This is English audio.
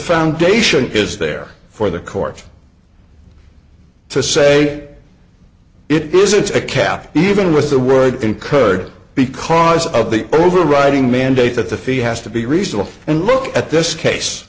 foundation is there for the court to say it isn't a cap even with the word incurred because of the overriding mandate that the fee has to be reasonable and look at this case